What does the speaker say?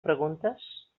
preguntes